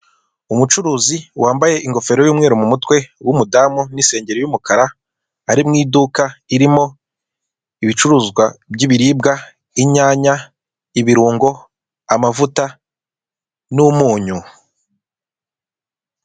Umucuruzi wambaye ingofero y'umweru mumutwe wumudamu nisengeri y'umukara ari mwiduka irimo ibicuruzwa byibiribwa inyanya, ibirungo, amavuta n'umunyu.